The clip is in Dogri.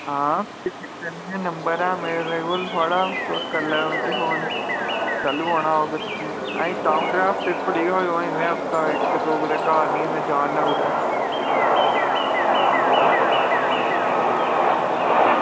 हां कोई गल्ल निं नंबर ऐ मेरे कोल थुआढ़ा तुस करी लैएओ मिगी फोन तैल्लू औना औग तुसें अजें द'ऊं त्रै हफ्ते धोड़ी नि आएओ अजें में हफ्ता इक दो कुतै घर नि में जा'रना कुदै